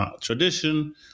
tradition